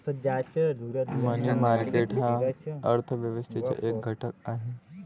मनी market हा अर्थ व्यवस्थेचा एक घटक आहे